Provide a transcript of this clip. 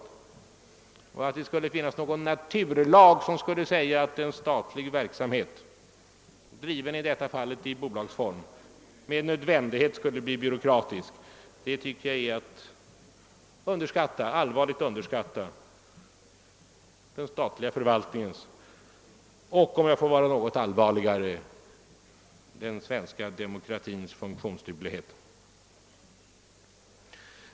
Att anse att det skulle finnas någon naturlag som skulle säga att en statlig verksamhet, i detta fall driven i bolagsform, med nödvändighet skulle bli byråkratisk tycker jag skulle vara att allvarligt underskatta den statliga förvaltningens och — om jag får vara något allvarligare — den svenska demokratins funktionsduglighet.